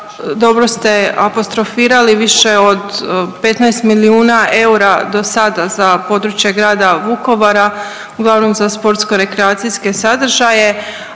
dobro ste apostrofirali, više od 15 milijuna eura do sada za područje grada Vukovara, uglavnom za sportsko-rekreacijske sadržaje,